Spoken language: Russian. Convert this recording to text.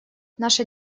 наша